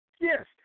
Yes